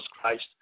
Christ